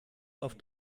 auf